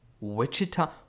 Wichita